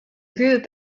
group